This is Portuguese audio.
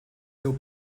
seu